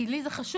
כי לי זה חשוב.